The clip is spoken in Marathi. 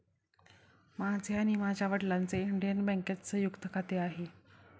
माझे आणि माझ्या वडिलांचे इंडियन बँकेत संयुक्त खाते आहे